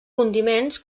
condiments